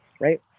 right